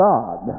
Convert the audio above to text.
God